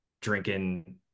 drinking